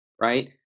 right